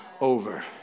over